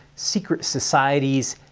secret societies,